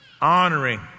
honoring